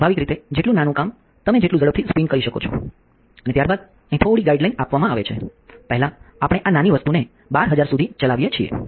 સ્વાભાવિક રીતે જેટલું નાનું કામ તમે જેટલું ઝડપથી સ્પિન કરી શકો છો અને ત્યારબાદ અહીં થોડી ગાઇડલાઇન આપવામાં આવે છે પહેલા આપણે આ નાની વસ્તુ ને 12000 સુધી ચલાવીએ છીએ